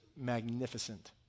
magnificent